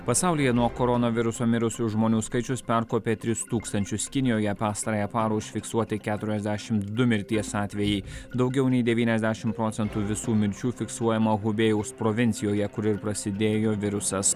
pasaulyje nuo koronaviruso mirusių žmonių skaičius perkopė tris tūkstančius kinijoje pastarąją parą užfiksuoti keturiasdešimt du mirties atvejai daugiau nei devyniasdešim procentų visų mirčių fiksuojama hubėjaus provincijoje kur ir prasidėjo virusas